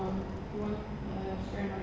uh you want your friend or anything